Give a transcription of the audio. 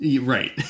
right